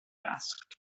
asked